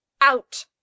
out